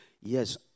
yes